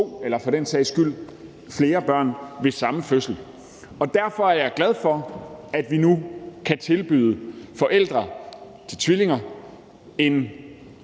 eller for den sags skyld flere børn ved samme fødsel. Derfor er jeg også glad for, at vi nu kan tilbyde forældre til tvillinger en